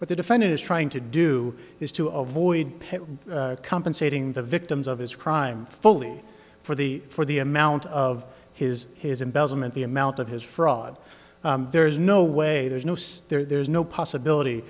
what the defendant is trying to do is to avoid paying compensating the victims of his crime fully for the for the amount of his his embezzlement the amount of his fraud there is no way there's no there's no possibility